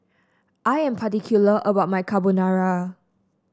I am particular about my Carbonara